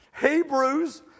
Hebrews